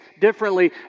differently